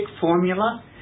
formula